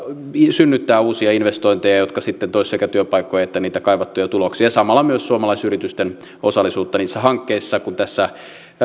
synnyttää uusia investointeja jotka sitten toisivat sekä työpaikkoja että niitä kaivattuja tuloksia ja samalla myös suomalaisyritysten osallisuutta niissä hankkeissa kun tässä